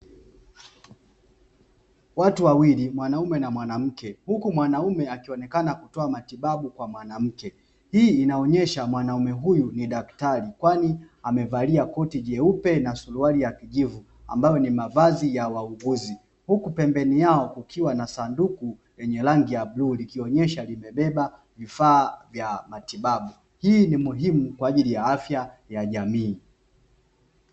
Watu wawili mwanaume na mwanamke huku mwanaume akiwa akionekana akitoa matibabu kwa mwanamke, hii inaonyesha mwanaume huyu ni daktari kwani amevalia koti jeupe na suruali ya kijivu ambayo ni mavazi ya wauguzi, huku pembeni yao kukiwa na sanduku lenye rangi ya bluu lilionyesha limebeba vifaa vya matibabu hii ni muhimu kwajili ya afya ya jamii.